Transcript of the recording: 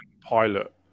pilot